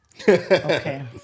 Okay